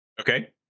Okay